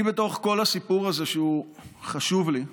אני בתוך כל הסיפור הזה, הוא חשוב לי,